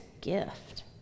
gift